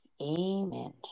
Amen